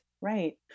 right